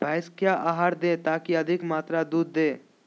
भैंस क्या आहार दे ताकि अधिक मात्रा दूध दे?